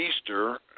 Easter